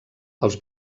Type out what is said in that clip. els